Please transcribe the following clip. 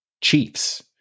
Chiefs